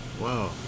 Wow